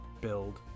build